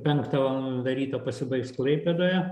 penktą valandą ryto pasibaigs klaipėdoje